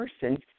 person